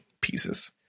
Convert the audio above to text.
pieces